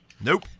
Nope